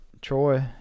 troy